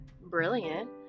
brilliant